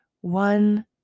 one